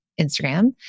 Instagram